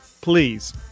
Please